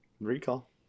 Recall